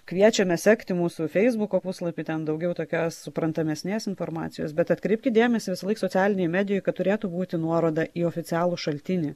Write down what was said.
kviečiame sekti mūsų feisbuko puslapį ten daugiau tokios suprantamesnės informacijos bet atkreipkit dėmesį visąlaik socialinėj medijoj kad turėtų būti nuoroda į oficialų šaltinį